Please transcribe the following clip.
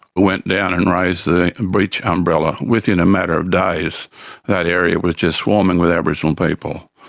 went down and raised the beach umbrella. within a matter of days that area was just swarming with aboriginal people.